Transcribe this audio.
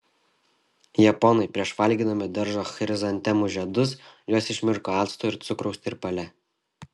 japonai prieš valgydami daržo chrizantemų žiedus juos išmirko acto ir cukraus tirpale